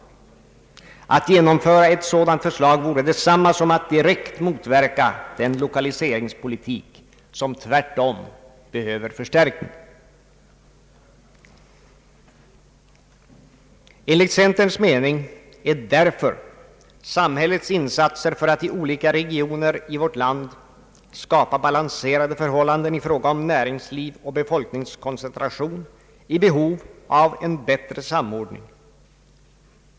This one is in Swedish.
Att genomföra ett sådant förslag vore detsamma som att direkt motverka den lokaliseringspolitik som tvärtom behöver förstärkning. Enligt centerns mening är därför samhällets insatser för att i olika regioner av vårt land skapa balanserade förhållanden i fråga om näringsliv och befolkningskoncentration i behov av en bättre samordning.